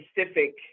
specific